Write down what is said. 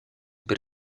per